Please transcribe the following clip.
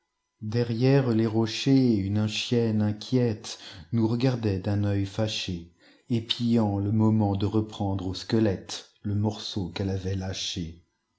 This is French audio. derrière les rochers une chienne inquiète nous regardait d'un œil fâché épiant le moment de reprendre au squelette le morceau qu'elle avait lâché